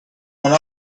one